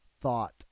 thought